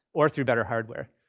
or through better hardware.